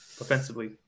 offensively